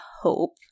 hope